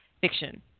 fiction